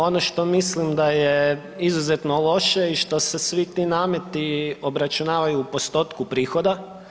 Ono što mislim da je izuzetno loše i što se svi ti nameti obračunavaju u postotku prihoda.